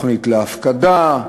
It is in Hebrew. תוכנית להפקדה,